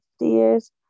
years